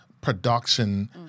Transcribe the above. production